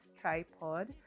Tripod